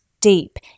deep